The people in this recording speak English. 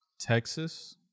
texas